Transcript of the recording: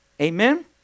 Amen